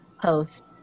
post